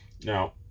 Now